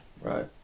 Right